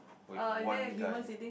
with one guy